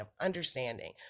understanding